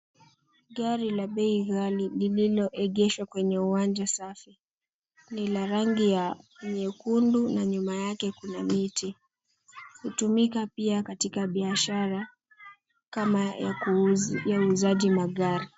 Gari la bei ghali lililoegeshwa kwenye uwanja safi. Ni la rangi ya nyekundu na nyuma yake kuna miti. Hutumika pia katika biashara kama ya uuzaji magari.